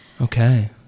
Okay